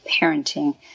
parenting